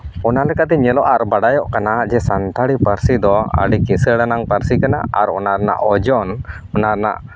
ᱚᱱᱟᱞᱮᱠᱟᱛᱮ ᱧᱮᱞᱚᱜᱼᱟ ᱟᱨ ᱵᱟᱰᱟᱭᱚᱜ ᱠᱟᱱᱟ ᱡᱮ ᱥᱟᱱᱛᱟᱲᱤ ᱯᱟᱹᱨᱥᱤ ᱫᱚ ᱟᱹᱰᱤ ᱠᱤᱥᱟᱹᱬᱟᱱᱟᱜ ᱯᱟᱹᱨᱥᱤ ᱠᱟᱱᱟ ᱟᱨ ᱚᱱᱟ ᱨᱮᱱᱟᱜ ᱳᱡᱳᱱ ᱚᱱᱟ ᱨᱮᱱᱟᱜ